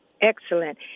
excellent